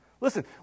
Listen